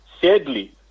sadly